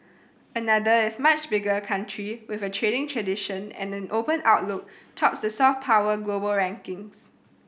another if much bigger country with a trading tradition and an open outlook tops the soft power global rankings